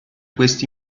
questi